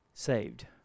saved